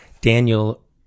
Daniel